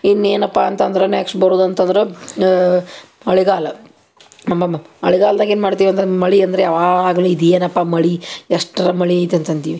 ಇನ್ನು ಏನಪ್ಪ ಅಂತಂದರೆ ನೆಕ್ಸ್ಟ್ ಬರುದು ಅಂತಂದ್ರೆ ಮಳಿಗಾಲ ಮಳಿಗಾಲ್ದಗ ಏನು ಮಾಡ್ತೀವಿ ಅಂದರೆ ಮಳೆ ಅಂದರೆ ಯಾವಾಗಲೂ ಇದು ಏನಪ್ಪ ಮಳೆ ಎಷ್ಟರ ಮಳೆ ಇದು ಅಂತ ಅಂತೀವಿ